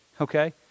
okay